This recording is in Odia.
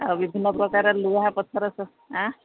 ଆଉ ବିଭିନ୍ନ ପ୍ରକାର ଲୁହା ପଥର ଆଁ